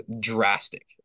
drastic